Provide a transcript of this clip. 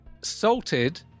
salted